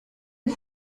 est